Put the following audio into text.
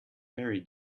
very